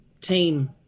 team